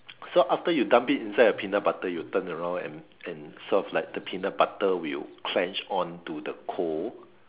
so after you dump it inside a peanut butter you turn around and and serve like the peanut butter will clench onto the coal